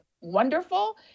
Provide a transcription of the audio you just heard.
wonderful